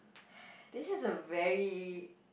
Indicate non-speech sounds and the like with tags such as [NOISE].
[BREATH] this is a very